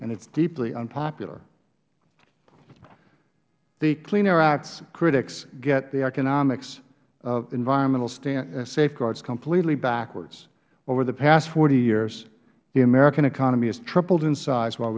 and it is deeply unpopular the clean air act's critics get the economics of environmental safeguards completely backwards over the past forty years the american economy has tripled in size while